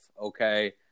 Okay